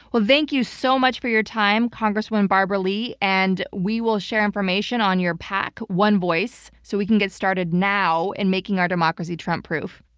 well thank you so much for your time, congresswoman barbara lee. and we will share information on your pac, one voice, so we can get started now in making our democracy trump proof.